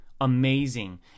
Amazing